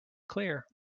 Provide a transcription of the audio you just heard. clear